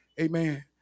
Amen